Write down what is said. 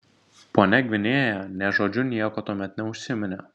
ponia gvinėja nė žodžiu nieko tuomet neužsiminė